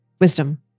wisdom